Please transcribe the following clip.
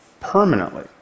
permanently